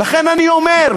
ולכן אני אומר,